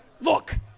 look